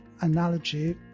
analogy